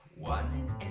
One